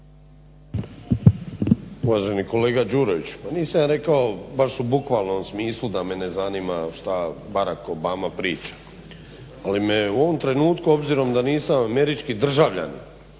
Uvaženi kolega Đurović pa nisam ja rekao baš u bukvalnom smislu da me ne zanima šta Barack Obama priča ali me u ovom trenutku obzirom da nisam američki državljanin